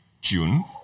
June